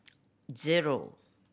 zero